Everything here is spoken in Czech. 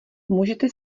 můžete